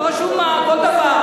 כל דבר,